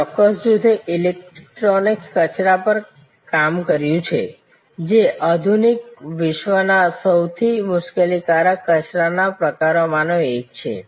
આ ચોક્કસ જૂથે ઇલેક્ટ્રોનિક કચરા પર કામ કર્યું જે આધુનિક વિશ્વના સૌથી મુશ્કેલીકારક કચરાના પ્રકારોમાંનો એક છે